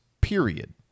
period